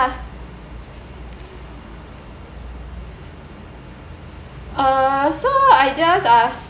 uh so I just uh